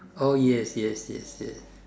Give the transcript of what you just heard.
oh yes yes yes yes